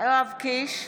יואב קיש,